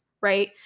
right